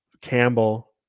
Campbell